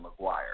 McGuire